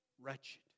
Wretched